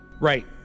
Right